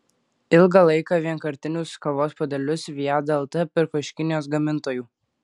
ilgą laiką vienkartinius kavos puodelius viada lt pirko iš kinijos gamintojų